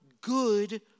good